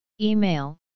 Email